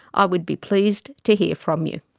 i would be pleased to hear from you.